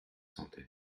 santé